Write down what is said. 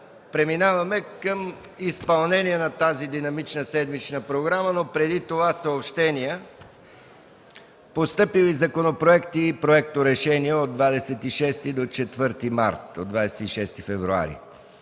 Преминаваме към изпълнение на тази динамична седмична програма, но преди това съобщения. Постъпили законопроекти и проекторешения от 26 февруари